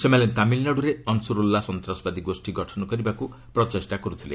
ସେମାନେ ତାମିଲନାଡ଼ୁରେ ଅନ୍ସରୁଲା ସନ୍ତାସବାଦୀ ଗୋଷୀ ଗଠନ କରିବାକୁ ପ୍ରଚେଷ୍ଟା କରୁଥିଲେ